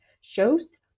shows